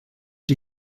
die